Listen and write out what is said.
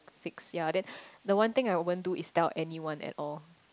fix ya then the one thing I won't do is tell anyone at all